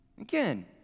again